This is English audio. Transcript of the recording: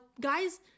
guys